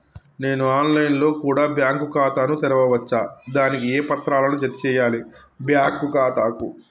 నేను online లో కూడా బ్యాంకు ఖాతా ను తెరవ వచ్చా? దానికి ఏ పత్రాలను జత చేయాలి బ్యాంకు ఖాతాకు?